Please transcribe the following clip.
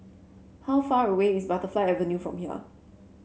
how far away is Butterfly Avenue from here